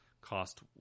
cost